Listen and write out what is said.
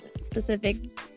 specific